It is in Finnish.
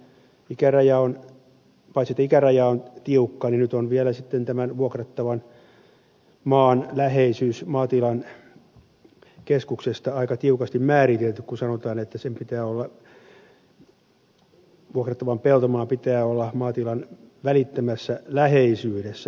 paitsi että ikäraja on tiukka nyt on vielä sitten tämän vuokrattavan maan läheisyys maatilan keskuksesta aika tiukasti määritelty kun sanotaan että vuokrattavan peltomaan pitää olla maatilan välittömässä läheisyydessä